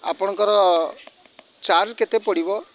ଆପଣଙ୍କର ଚାର୍ଜ କେତେ ପଡ଼ିବ